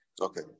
Okay